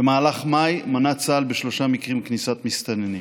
במהלך מאי מנע צה"ל בשלושה מקרים כניסת מסתננים.